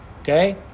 Okay